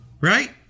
right